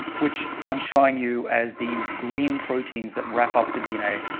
which i'm showing you as these green proteins that wrap up the dna.